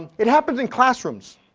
it happens in classrooms.